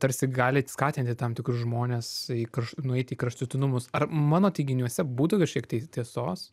tarsi gali skatinti tam tikrus žmones į karš nueiti į kraštutinumus ar mano teiginiuose būtų kažkiek tai tiesos